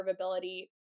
observability